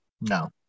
no